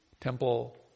temple